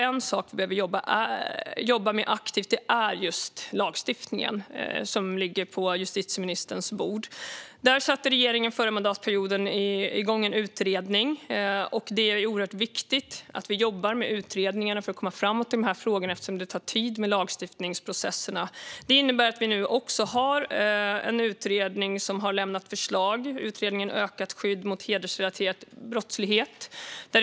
En sak vi behöver jobba aktivt med är just lagstiftningen, som ligger på justitieministerns bord. Regeringen satte under den förra mandatperioden igång en utredning, och det är oerhört viktigt att vi jobbar med utredningarna för att komma framåt i de här frågorna. Lagstiftningsprocesserna tar nämligen tid. Det innebär att vi nu har en utredning, Ökat skydd mot hedersrelaterad brottslighet , som har lämnat förslag.